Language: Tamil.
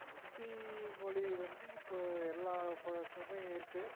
இந்தி மொழி வந்து இப்போது எல்லாப் பக்கமும் இருக்குது